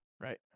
Right